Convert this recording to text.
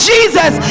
Jesus